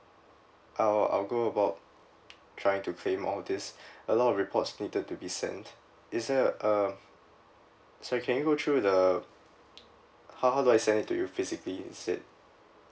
I'll~ I'll go about try to claim all these a lot of reports needed to be sent is there a um so can you go through with the how how do I send it to you physically instead